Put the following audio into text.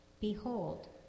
Behold